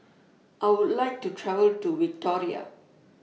I Would like to travel to Victoria